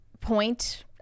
point